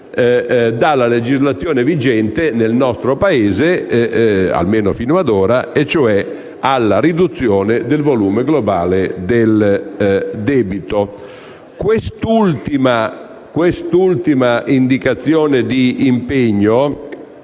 dalla legislazione vigente nel nostro Paese, almeno fino a ora, e cioè alla riduzione del volume globale del debito. Quest'ultima indicazione d'impegno